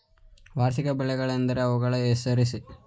ವಾರ್ಷಿಕ ಬೆಳೆಗಳೆಂದರೇನು? ಅವುಗಳನ್ನು ಹೆಸರಿಸಿ?